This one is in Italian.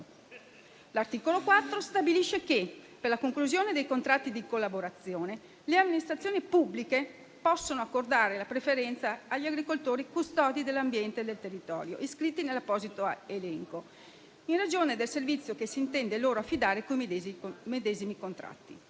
L'articolo 4 stabilisce che, per la conclusione dei contratti di collaborazione, le amministrazioni pubbliche possono accordare la preferenza agli agricoltori custodi dell'ambiente e del territorio iscritti nell'apposito elenco, in ragione del servizio che si intende affidare loro con i medesimi contratti.